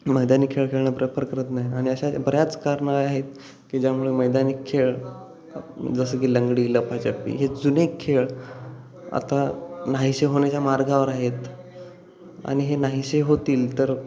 मैदानी खेळ खेळणं प्रेफर करत नाही आणि अशा बऱ्याच कारणं आहे की ज्यामुळे मैदानी खेळ जसं की लंगडी लपाछपी हे जुने खेळ आता नाहीसे होण्याच्या मार्गावर आहेत आणि हे नाहीसे होतील तर